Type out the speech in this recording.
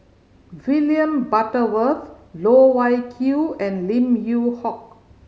William Butterworth Loh Wai Kiew and Lim Yew Hock